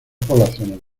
poblaciones